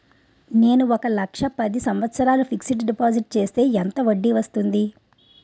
నేను ఒక లక్ష పది సంవత్సారాలు ఫిక్సడ్ డిపాజిట్ చేస్తే ఎంత వడ్డీ వస్తుంది?